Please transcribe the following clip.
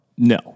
No